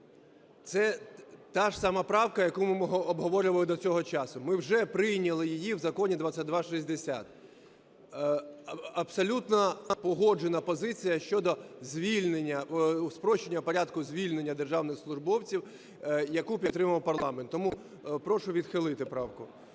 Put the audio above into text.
Це та ж сама правка, яку ми обговорювали до цього часу, ми вже прийняли її в Законі 2260. Абсолютно погоджена позиція щодо звільнення… спрощення у порядку звільнення державних службовців, яку підтримав парламент. Тому прошу відхилити правку.